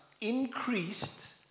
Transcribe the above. increased